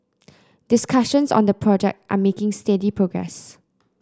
discussions on the project are making steady progress